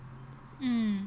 mm